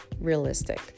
realistic